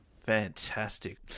Fantastic